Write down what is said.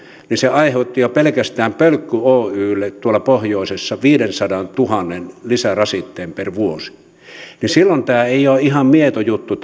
aiheuttivat jo pelkästään pölkky oylle tuolla pohjoisessa viidensadantuhannen lisärasitteen per vuosi silloin tämä koko sähkömarkkinalain uudistus ei ole ihan mieto juttu